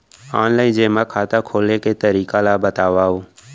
Online जेमा खाता खोले के तरीका ल बतावव?